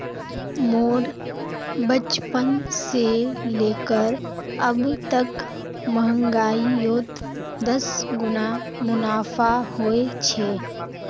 मोर बचपन से लेकर अब तक महंगाईयोत दस गुना मुनाफा होए छे